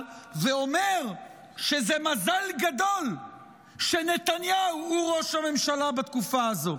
ואומר שזה מזל גדול שנתניהו הוא ראש הממשלה בתקופה הזו.